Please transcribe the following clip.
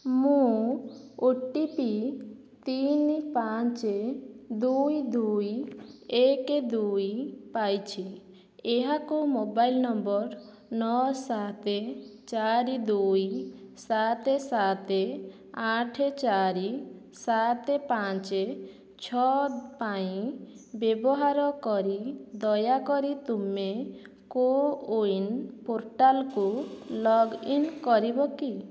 ମୁଁ O T P ତିନି ପାଞ୍ଚ ଦୁଇ ଦୁଇ ଏକ ଦୁଇ ପାଇଛି ଏହାକୁ ମୋବାଇଲ୍ ନମ୍ବର୍ ନଅ ସାତ ଚାରି ଦୁଇ ସାତ ସାତ ଆଠ ଚାରି ସାତ ପାଞ୍ଚ ଛଅ ପାଇଁ ବ୍ୟବହାର କରି ଦୟାକରି ତୁମେ କୋୱିନ୍ ପୋର୍ଟାଲ୍କୁ ଲଗ୍ଇନ୍ କରିବ କି